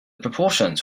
proportions